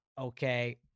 okay